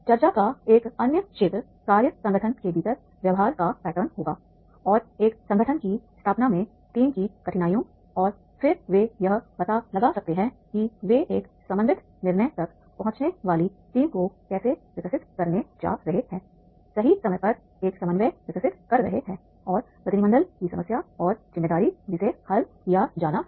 चर्चा का एक अन्य क्षेत्र कार्य संगठन के भीतर व्यवहार का पैटर्न होगा और एक संगठन की स्थापना में टीम की कठिनाइयों और फिर वे यह पता लगा सकते हैं कि वे एक समन्वित निर्णय तक पहुंचने वाली टीम को कैसे विकसित करने जा रहे हैं सही समय पर एक समन्वय विकसित कर रहे हैं और प्रतिनिधिमंडल की समस्या और जिम्मेदारी जिसे हल किया जाना है